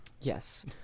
yes